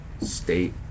state